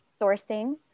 sourcing